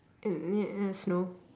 snow